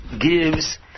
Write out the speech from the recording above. gives